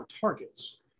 targets